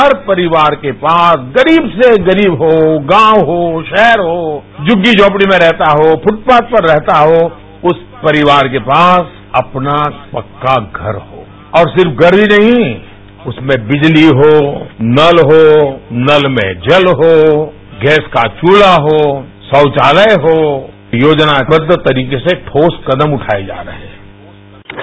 हर परिवार के पास गरीब से गरीब हो गांव हो शहर हो झुग्गी झोपड़ी में रहता हो फुटपाथ पर रहता हो उस परिवार के पास अपना पक्का घर हो और सिर्फ घर ही नहीं उसमें बिजली हो नल हो नल में जल हो गैस का चूल्हा हो शौचालय हो योजनाबद्व तरीके से ठोस कदम उठाए जाएं